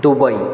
Dubai